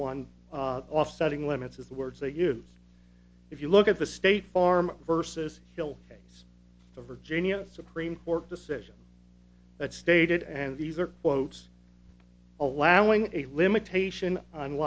one offsetting limits of the words they use if you look at the state farm versus still face the virginia supreme court decision that stated and these are quotes allowing a limitation on